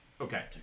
okay